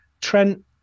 Trent